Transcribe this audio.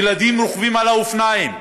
ילדים רוכבים על אופניים.